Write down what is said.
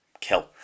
kill